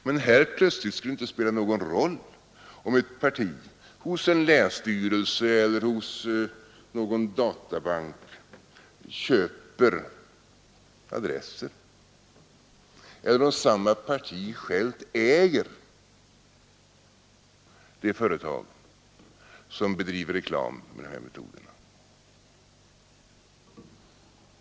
Men här plötsligt skulle det inte spela någon roll om ett parti hos en länsstyrelse eller hos någon databank köper adresser eller om samma parti självt äger det företag som bedriver reklam med de här metoderna.